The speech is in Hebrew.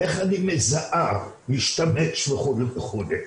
איך אני מזהה משתמש מכור וכו'.